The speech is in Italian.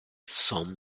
son